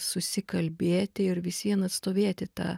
susikalbėti ir vis vien atstovėti tą